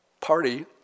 party